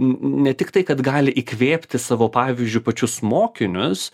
ne tiktai kad gali įkvėpti savo pavyzdžiu pačius mokinius